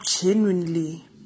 genuinely